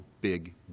big